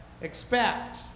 Expect